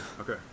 Okay